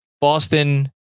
Boston